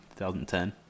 2010